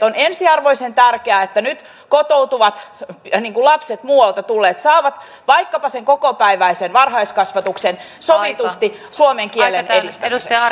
on ensiarvoisen tärkeää että nyt kotoutuvat lapset muualta tulleet saavat vaikkapa sen kokopäiväisen varhaiskasvatuksen sovitusti suomen kielen edistämiseksi